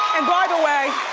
by the way,